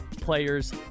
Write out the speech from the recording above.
players